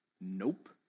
Nope